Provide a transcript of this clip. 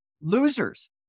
losers